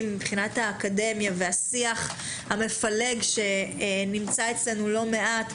מבחינת האקדמיה והשיח המפלג שנמצא אצלנו לא מעט,